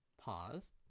pause